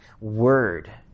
word